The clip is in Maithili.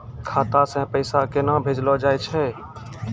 खाता से पैसा केना भेजलो जाय छै?